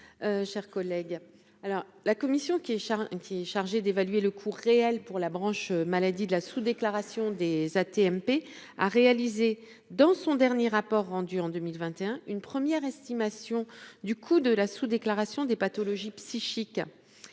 chers collègues, alors la commission qui est gentil, chargée d'évaluer le coût réel pour la branche maladie de la sous-déclaration des AT-MP a réaliser dans son dernier rapport rendu en 2021 une première estimation du coût de la sous- déclaration des pathologies psychiques